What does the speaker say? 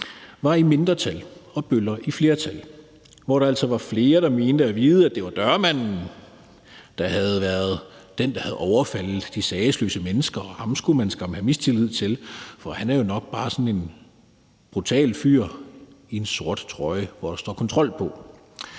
var i mindretal og bøllerne i flertal, og hvor der altså var flere, der mente at vide, at det var dørmanden, der havde været den, der havde overfaldet de sagesløse mennesker. Ham skulle man skam have mistillid til, for han er jo nok bare sådan en brutal fyr i en sort trøje, som der står kontrol på.